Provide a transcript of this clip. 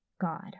God